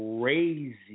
crazy